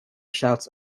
shouts